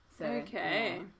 Okay